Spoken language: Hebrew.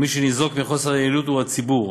ומי שניזוק מחוסר היעילות הוא הציבור.